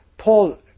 Paul